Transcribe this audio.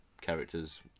characters